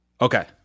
Okay